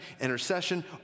intercession